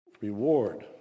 reward